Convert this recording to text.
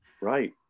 right